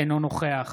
אינו נוכח